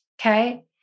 Okay